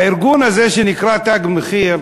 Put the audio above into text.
הארגון הזה שנקרא "תג מחיר"